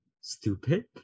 stupid